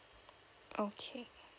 okay